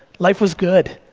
life was good.